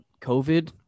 COVID